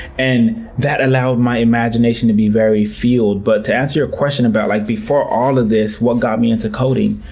and that allowed my imagination to be very fueled. but to answer your question about, like before all of this, what got me into coding?